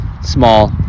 small